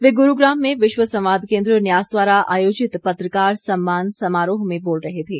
वे गुरूग्राम में विश्व संवाद केन्द्र न्यास द्वारा आयोजित पत्रकार सम्मान समारोह में बोल रहे थे